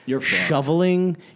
shoveling